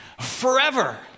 forever